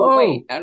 wait